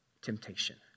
temptation